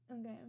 Okay